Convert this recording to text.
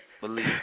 believe